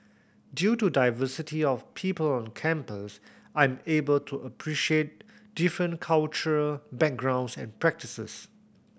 due to the diversity of people on campus I'm able to appreciate different cultural backgrounds and practices